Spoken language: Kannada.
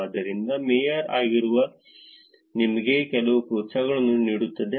ಆದ್ದರಿಂದ ಮೇಯರ್ ಆಗಿರುವುದು ನಿಮಗೆ ಕೆಲವು ಪ್ರೋತ್ಸಾಹಗಳನ್ನು ನೀಡುತ್ತಿದೆ